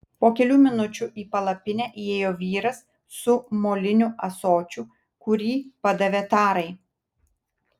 po kelių minučių į palapinę įėjo vyras su moliniu ąsočiu kurį padavė tarai